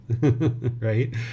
right